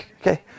Okay